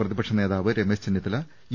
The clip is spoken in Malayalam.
പ്രതിപക്ഷ നേതാവ് രമേശ് ചെന്നിത്തല യു